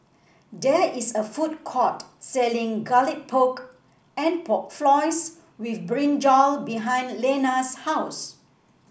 there is a food court selling Garlic Pork and Pork Floss with brinjal behind Lenna's house